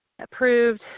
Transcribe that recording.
approved